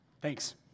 Thanks